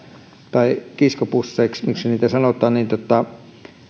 tai kiskobussien miksi niitä sanotaan